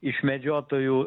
iš medžiotojų